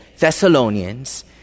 Thessalonians